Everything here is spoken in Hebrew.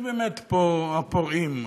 מי באמת פה הפורעים?